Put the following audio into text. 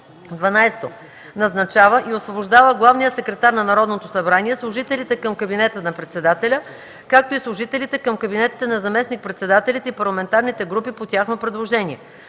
12. назначава и освобождава главния секретар на Народното събрание, служителите към кабинета на председателя, както и служителите към кабинетите на заместник-председателите и парламентарните групи по тяхно предложение;